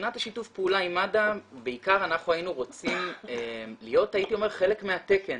מבחינת שיתוף הפעולה עם מד"א בעיקר היינו רוצים להיות חלק מהתקן,